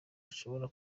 ashobora